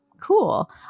cool